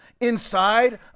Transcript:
inside